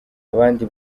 abandi